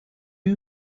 you